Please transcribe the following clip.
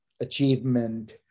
Achievement